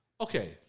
Okay